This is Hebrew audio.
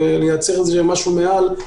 לייצר משהו מעל,